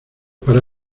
para